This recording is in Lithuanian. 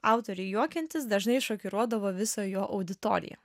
autoriui juokiantis dažnai šokiruodavo visą jo auditoriją